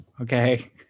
Okay